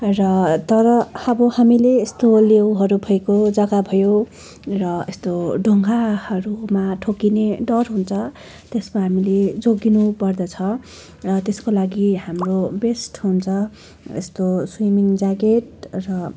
र तर अब हामीले यस्तो लेउहरू भएको जग्गा भयो र यस्तो ढुङ्गाहरूमा ठोकिने डर हुन्छ त्यसमा हामीले जोगिनु पर्दछ र त्यसको लागि हाम्रो बेस्ट हुन्छ यस्तो स्विमिङ ज्याकेट र